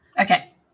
Okay